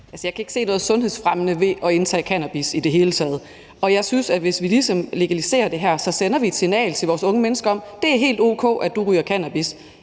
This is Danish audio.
jeg kan ikke se noget sundhedsfremmende ved at indtage cannabis i det hele taget. Og jeg synes, at hvis vi ligesom legaliserer det her, sender vi et signal til vores unge mennesker om, at det er helt o.k., at de ryger cannabis.